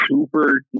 Super